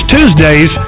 Tuesdays